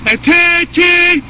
Attention